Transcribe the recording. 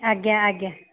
ଆଜ୍ଞା ଆଜ୍ଞା